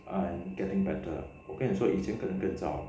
uh getting better lah 我跟你说以前可能更遭